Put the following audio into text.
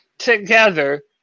Together